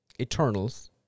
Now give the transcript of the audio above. Eternals